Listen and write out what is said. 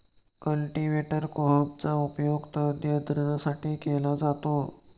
cultivator कोहमचा उपयोग तण नियंत्रणासाठी केला जातो